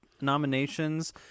nominations